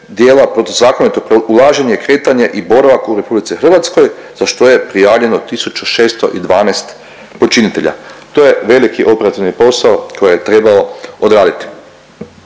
protuzakonito ulaženje i kretanje i boravak u RH za što je prijavljeno 1.612 počinitelja. To je veliki operativni posao koje je trebalo odraditi.